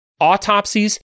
autopsies